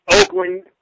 Oakland